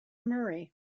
murray